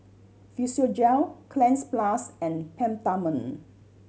Physiogel Cleanz Plus and Peptamen